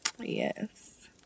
Yes